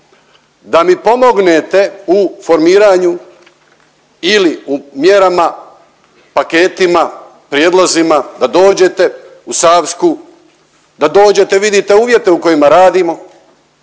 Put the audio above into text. da mi pomognete u formiranju ili u mjerama, paketima, prijedlozima da dođete u Savsku, da dođete i vidite uvjete u kojima radimo,